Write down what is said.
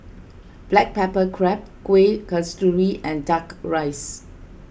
Black Pepper Crab Kuih Kasturi and Duck Rice